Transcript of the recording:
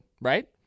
right